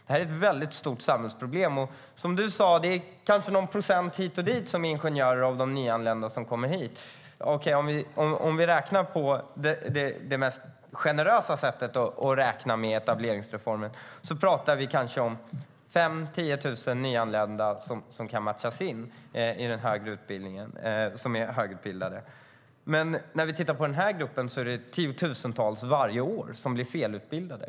Det är ett stort samhällsproblem. Som Ylva Johansson sa är det kanske någon procent hit eller dit av de nyanlända som är ingenjörer. Om man räknar på det mest generösa sättet för etableringsreformen pratar vi om kanske 5 000-10 000 nyanlända som är högutbildade och kan matchas in. I den gruppen är det tiotusentals varje år som blir felutbildade.